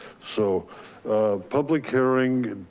so a public hearing,